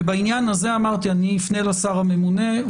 ובעניין הזה, אמרתי אני אפנה לשר הממונה.